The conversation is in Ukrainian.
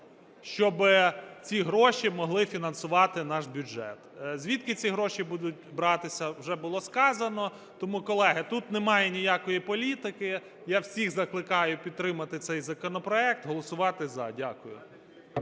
щоб ці гроші могли фінансувати наш бюджет. Звідки ці гроші будуть братися, вже було сказано. Тому, колеги, тут немає ніякої політики, я всіх закликаю підтримати цей законопроект, голосувати – за. Дякую.